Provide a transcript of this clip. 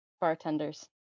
bartenders